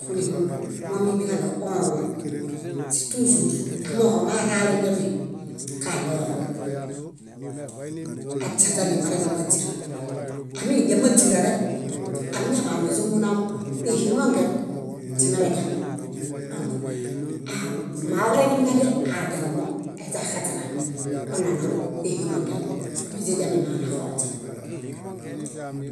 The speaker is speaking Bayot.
Nixunihũũ momimiġaɭo õõ sítuĵur amooġo maralongemi, kaɭoġom aźiaźani mareḃay máźira. Ámidiamaźira rek, amiñaḃaniźumunay ihimongen źimerediamo. Dõk aab moawarengemiġadial adialumo aiźaixaźira: onanaw ihimongen miźidiami maanaxonźe.